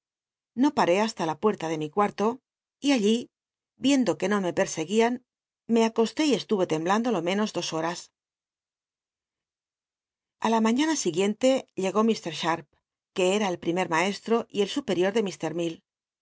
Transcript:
no ll ué hasta la puerta de mi cuarto seguian me acosté y y allí viendo que no me perseguían me acosté y estuve temblando lo menos dos hora a la mañana siguiente llegó ha que era el primettnaestto y el superior de